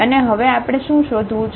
અને હવે આપણે શું શોધવું છે